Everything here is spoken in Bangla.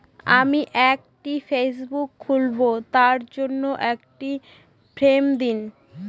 আমি একটি ফেসবুক খুলব তার জন্য একটি ফ্রম দিন?